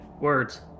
Words